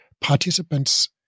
participants